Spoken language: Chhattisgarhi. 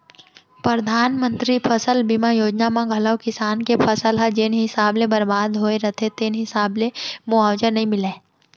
परधानमंतरी फसल बीमा योजना म घलौ किसान के फसल ह जेन हिसाब ले बरबाद होय रथे तेन हिसाब ले मुवावजा नइ मिलय